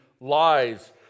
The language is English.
lies